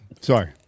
Sorry